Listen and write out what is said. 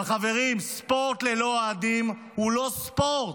אבל, חברים, ספורט ללא אוהדים הוא לא ספורט,